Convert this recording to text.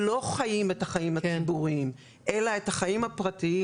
שלא חיים את החיים הציבוריים אלא חיים את החיים הפרטיים